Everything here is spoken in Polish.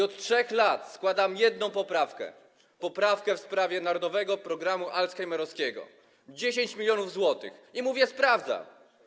Od 3 lat składam jedną poprawkę, poprawkę w sprawie narodowego programu alzheimerowskiego, 10 mln zł, i mówię: sprawdzam.